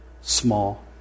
small